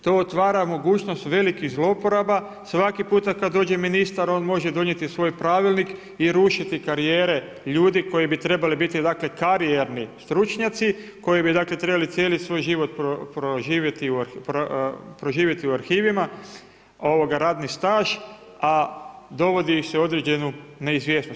To otvara mogućnost velikih zlouporaba svaki puta kada dođe ministar on može donijeti svoj pravilnik i rušiti karijere ljudi koji bi trebali biti, dakle karijerni stručnjaci, koji bi dakle trebali cijeli svoj život proživjeti u arhivima, radni staž, a dovodi ih se u određenu neizvjesnost.